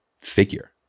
figure